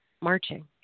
marching